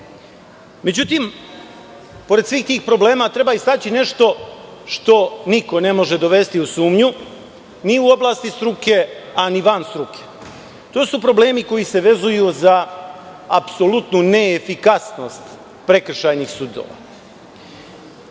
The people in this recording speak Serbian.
javnosti.Međutim, pored svih tih problema treba istaći nešto što niko ne može dovesti u sumnju, ni u oblasti struke a ni van struke. To su problemi koji se vezuju za apsolutnu neefikasnost prekršajnih sudova.